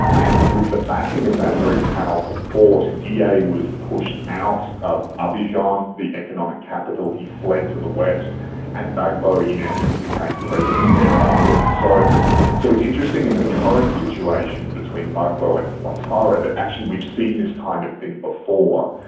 and with the backing of that very powerful force, guei was pushed out of abidjan, the economic capital, he fled to the west and gbagbo in essence became president thereafter. so so it's interesting in the current situation between gbagbo and ouattara, that actually we've seen this kind of thing before,